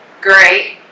Great